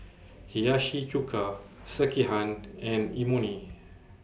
Hiyashi Chuka Sekihan and Imoni